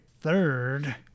third